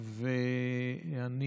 ואני